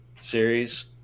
series